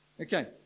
Okay